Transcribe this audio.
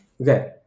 okay